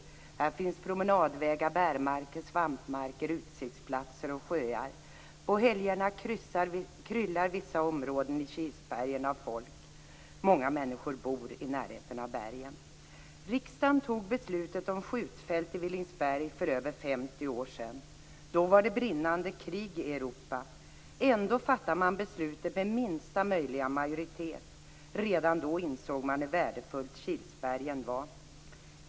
Här finns promenadvägar, bärmarker, svampmarker, utsiktsplatser och sjöar. På helgerna kryllar vissa områden i Kilsbergen av folk. Många människor bor i närheten av bergen. Riksdagen tog beslutet om ett skjutfält i Villingsberg för över 50 år sedan. Då var det brinnande krig i Europa. Ändå fattade man beslutet med minsta möjliga majoritet. Redan då insåg man hur värdefullt Kilsbergenområdet var.